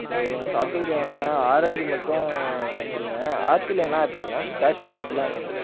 சரி சாத்துக்குடி வேணாண்ணா ஆரஞ்சு மட்டும் கொடுங்க ஆப்பிள் என்ன ஆப்பிள்ண்ணே கேஷ்மீர் ஆப்பிளா என்னாண்ணே